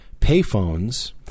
payphones